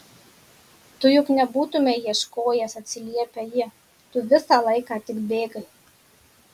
tu juk nebūtumei ieškojęs atsiliepia ji tu visą laiką tik bėgai